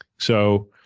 so